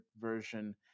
version